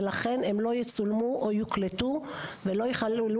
ולכן הם לא יצולמו או יוקלטו ולא יכללו